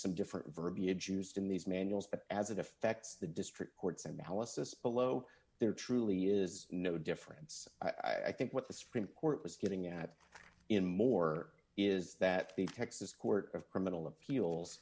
some different verbiage used in these manuals but as it affects the district courts and malice this below there truly is no difference i think what the supreme court was getting at in more is that the texas court of criminal appeals